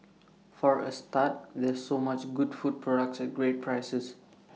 for A start there's so much good food products at great prices